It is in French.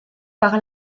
par